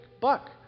buck